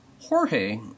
Jorge